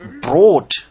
brought